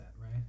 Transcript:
right